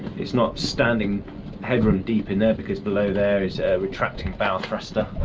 it's not standing headroom deep in there, because below there is a retracting bow thruster,